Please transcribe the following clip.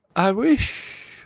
i wish,